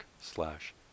slash